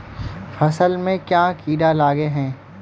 फसल में क्याँ कीड़ा लागे है?